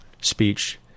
speech